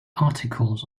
articles